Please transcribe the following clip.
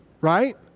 right